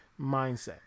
mindset